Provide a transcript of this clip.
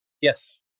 Yes